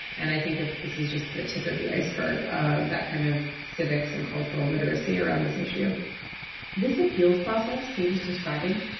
and i think that this is just the tip of the iceberg of that kind of civics and cultural literacy around this issue this appeals process kate is describing,